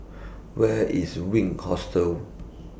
Where IS Wink Hostel